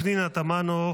פנינה תמנו,